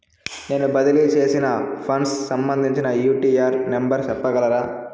నేను బదిలీ సేసిన ఫండ్స్ సంబంధించిన యూ.టీ.ఆర్ నెంబర్ సెప్పగలరా